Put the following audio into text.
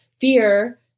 fear